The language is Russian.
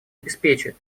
обеспечит